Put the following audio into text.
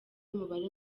umubare